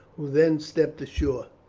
who then stepped ashore.